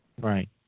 Right